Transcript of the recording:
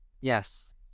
Yes